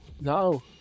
No